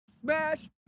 smash